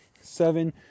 Seven